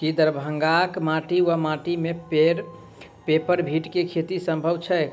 की दरभंगाक माटि वा माटि मे पेपर मिंट केँ खेती सम्भव छैक?